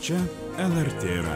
čia lrt ra